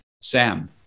Sam